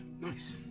Nice